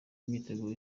imyiteguro